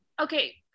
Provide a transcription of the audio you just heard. okay